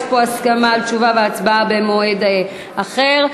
יש פה הסכמה על תשובה והצבעה במועד אחר.